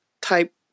type